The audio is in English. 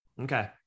Okay